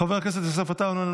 חבר הכנסת יוסף עטאונה,